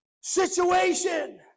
situation